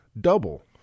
double